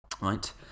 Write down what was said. right